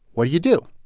what do you do?